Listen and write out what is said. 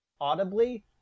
Audibly